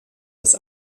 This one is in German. das